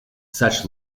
such